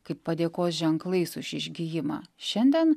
kaip padėkos ženklais už išgijimą šiandien